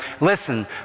listen